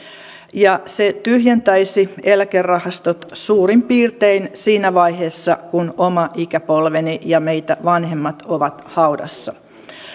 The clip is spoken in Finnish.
ja se tyhjentäisi eläkerahastot suurin piirtein siinä vaiheessa kun oma ikäpolveni ja meitä vanhemmat ovat haudassa